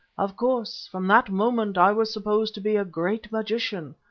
of course, from that moment i was supposed to be a great magician.